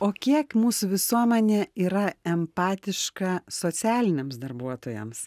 o kiek mūsų visuomenė yra empatiška socialiniams darbuotojams